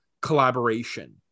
collaboration